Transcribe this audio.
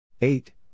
eight